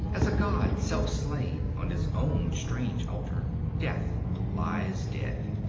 as a god self-slain on his own strange altar, death lies dead.